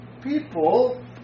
people